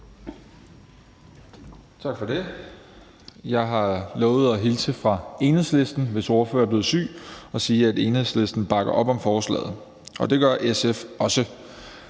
Tak for det. Jeg har lovet at hilse fra Enhedslisten, hvis ordfører er blevet syg, og sige, at Enhedslisten bakker op om forslaget. Og det gør SF også.